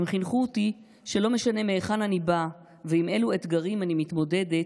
הם חינכו אותי שלא משנה מהיכן אני באה ועם אילו אתגרים אני מתמודדת,